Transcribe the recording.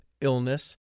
illness